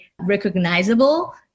recognizable